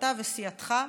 אתה וסיעתך,